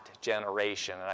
generation